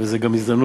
וזו גם הזדמנות